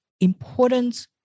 important